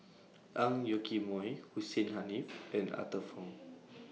Ang Yoke Mooi Hussein Haniff and Arthur Fong